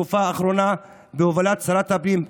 בתקופה האחרונה בהובלת שרת הפנים,